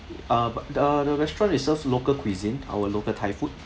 uh the the restaurant is serves local cuisine our local thai food